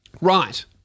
right